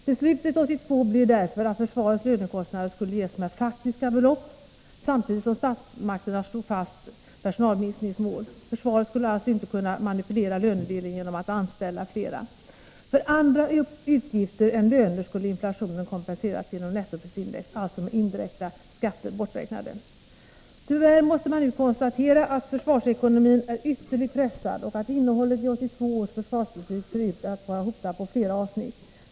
Beslutet 1982 blev därför att försvarets lönekostnader skulle ges med faktiska belopp — samtidigt som statsmakterna slog fast personalminskningsmål. Försvaret skulle alltså inte kunna ”manipulera” lönedelen genom att anställa fler. För andra utgifter än löner skulle inflationen kompenseras genom nettoprisindex, alltså med indirekta skatter borträknade. Tyvärr måste nu konstateras att försvarsekonomin är ytterligt pressad och att innehållet i 1982 års försvarsbeslut ser ut att vara hotat på flera avsnitt.